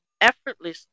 effortlessly